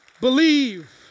Believe